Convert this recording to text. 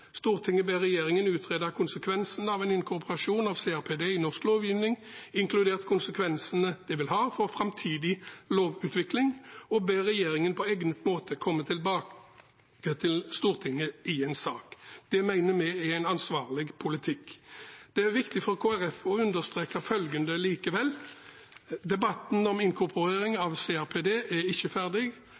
ber regjeringen utrede konsekvensene av inkorporasjon av CRPD i norsk lovgivning, inkludert konsekvensene det vil ha for fremtidig lovutvikling, og ber regjeringen på egnet måte komme tilbake til Stortinget med en sak.» Det mener vi er en ansvarlig politikk. Det er viktig for Kristelig Folkeparti å understreke følgende likevel: Debatten om inkorporering av CRPD er ikke ferdig,